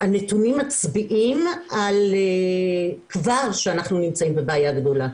הנתונים מצביעים על כך שאנחנו כבר נמצאים בבעיה גדולה,